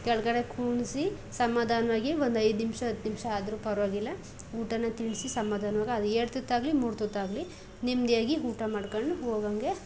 ಕೆಳಗಡೆ ಕೂಣ್ಸಿ ಸಮಾಧಾನವಾಗಿ ಒಂದು ಐದು ನಿಮಿಷ ಹತ್ತು ನಿಮಿಷ ಆದರೂ ಪರವಾಗಿಲ್ಲ ಊಟನ ತಿನ್ನಿಸಿ ಸಮಾಧಾನವಾಗಿ ಅದು ಎರಡು ತುತ್ತಾಗಲಿ ಮೂರು ತುತ್ತಾಗಲಿ ನೆಮ್ಮದಿಯಾಗಿ ಊಟ ಮಾಟ್ಕೊಂಡು ಹೋಗಂಗೆ